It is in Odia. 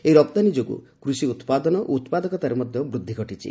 ଏହି ରପ୍ତାନୀ ଯୋଗୁଁ କୃଷି ଉତ୍ପାଦନ ଓ ଉତ୍ପାଦକତାରେ ମଧ୍ୟ ବୃଦ୍ଧି ଘଟିଛି